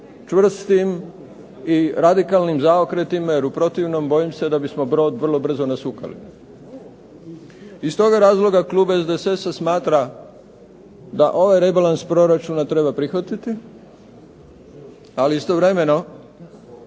čvrstim i radikalnim zaokretima jer u protivnom bojim se da bismo brod vrlo brzo nasukali. Iz toga razloga klub SDSS-a smatra da ovaj rebalans proračuna treba prihvatiti, ali istovremeno